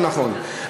זה נכון,